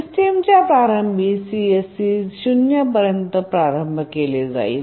सिस्टमच्या प्रारंभी CSC 0 पर्यंत आरंभ केले जाईल